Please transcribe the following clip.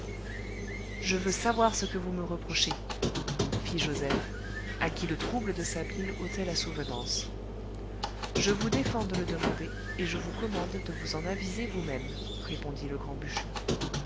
je veux savoir ce que vous me reprochez fit joseph à qui le trouble de sa bile ôtait la souvenance je vous défends de le demander et je vous commande de vous en aviser vous-même répondit le grand